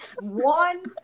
one